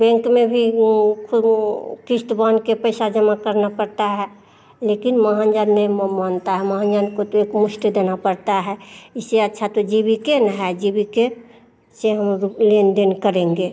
bank में भी वो किश्त बाँध के पैसा जमा करना पड़ता है लेकिन महाजन नहीं मानता है महाजन को तो एकमुश्त देना पड़ता है इससे अच्छा तो जीविका में है जीविका से हम लेन देन करेंगे